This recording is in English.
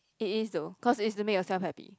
it is though cause it's to make yourself happy